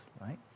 Right